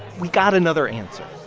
we got another answer.